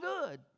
good